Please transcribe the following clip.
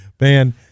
Man